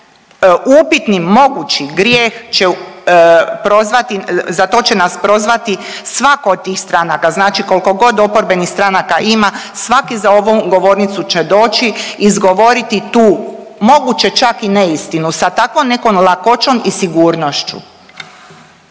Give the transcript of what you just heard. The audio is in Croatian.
upitni mogući grijeh će prozvati, za to će nas prozvati svako od tih stranaka. Znači koliko god oporbenih stranaka ima svaki za ovom govornicu će doći izgovoriti tu moguće čak i neistinu sa takvom nekom lakoćom i sigurnošću.